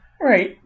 Right